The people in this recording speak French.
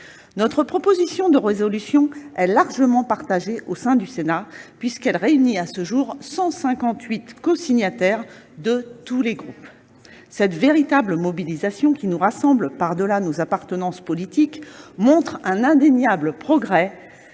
Notre proposition de résolution est largement partagée au sein du Sénat puisqu'elle réunit à ce jour 158 cosignataires, de tous les groupes. Cette véritable mobilisation, qui nous rassemble par-delà nos appartenances politiques, montre un indéniable progrès